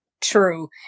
True